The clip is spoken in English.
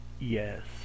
Yes